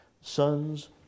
Sons